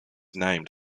named